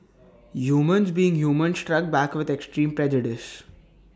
humans being humans struck back with extreme prejudice